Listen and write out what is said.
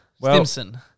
Stimson